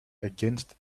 against